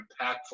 impactful